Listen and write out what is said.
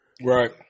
Right